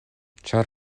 ĉar